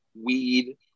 weed